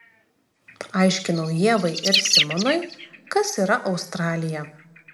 aiškinau ievai ir simonui kas yra australija